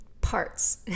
parts